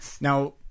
now